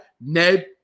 Ned